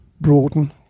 broaden